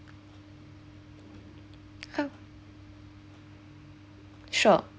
sure